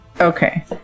Okay